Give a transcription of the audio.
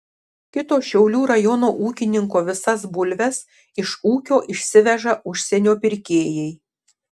kito šiaulių rajono ūkininko visas bulves iš ūkio išsiveža užsienio pirkėjai